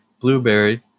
blueberry